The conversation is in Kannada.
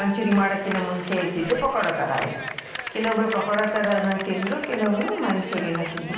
ಮಂಚೂರಿ ಮಾಡೋಕ್ಕಿಂತ ಮುಂಚೆ ಇದ್ದಿದ್ದು ಪಕೋಡ ಥರ ಆಯಿತು ಕೆಲ ಒಬ್ಬರು ಪಕೋಡ ಥರನೂ ತಿಂದರು ಕೆಲವೊಬ್ಬರು ಮಂಚೂರಿನೂ ತಿಂದರು